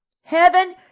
Heaven